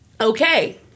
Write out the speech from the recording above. Okay